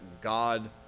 god